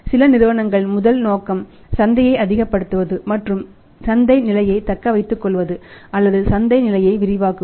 சில நிறுவனங்களின் முதல் நோக்கம் சந்தையை அதிகப்படுத்துவது மற்றும் சந்தை நிலையை தக்க வைத்துக் கொள்வது அல்லது சந்தை நிலையை விரிவாக்குவது